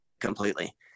completely